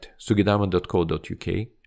sugidama.co.uk